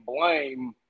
blame